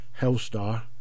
Hellstar